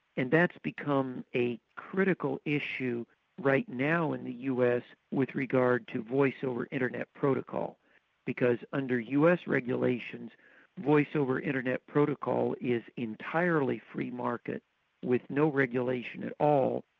and that's become a critical issue right now in the us with regard to voice over internet protocol because under us regulations voice over internet protocol is entirely free market with no regulation at all,